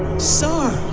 sir!